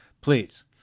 Please